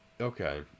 Okay